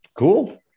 Cool